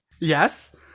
Yes